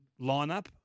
lineup